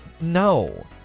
No